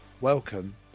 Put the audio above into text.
welcome